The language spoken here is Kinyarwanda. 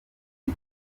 eid